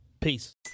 Peace